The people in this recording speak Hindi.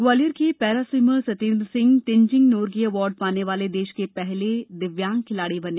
ग्वालियर के para swimmer Satyendra Singh Tenzing Norgay award पाने वाले देश के पहले दिव्यांग खिलाड़ी बने